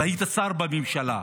והיית שר בממשלה,